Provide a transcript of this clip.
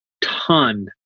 ton